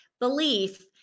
belief